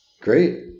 Great